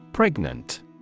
Pregnant